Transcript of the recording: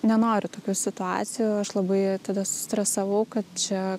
nenoriu tokių situacijų aš labai tada stresavau kad čia